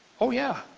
oh yeah!